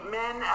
men